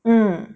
mm